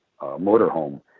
motorhome